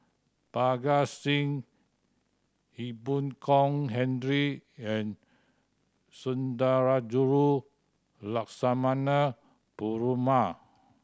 Parga Singh Ee Boon Kong Henry and Sundarajulu Lakshmana Perumal